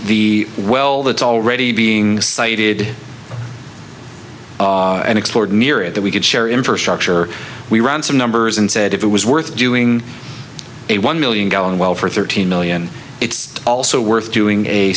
the well that's already being cited and explored near it that we could share infrastructure we ran some numbers and said if it was worth doing a one million gallon well for thirteen million it's also worth doing a